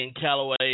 Callaway